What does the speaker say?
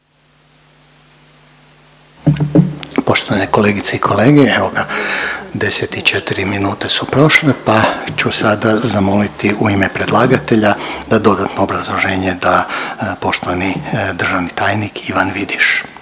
Poštovane kolegice i kolege, evo ga, 10 i 4 minute su prošle pa ću sada zamoliti u ime predlagatelja da dodatno obrazloženje da poštovani državni tajnik Ivan Vidiš,